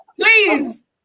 Please